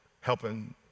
helping